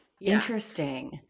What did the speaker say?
interesting